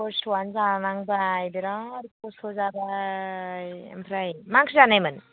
खस्थ'आनो जानांबाय बिराथ खस्थ' जाबाय ओमफ्राय मा ओंख्रि जानायमोन